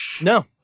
No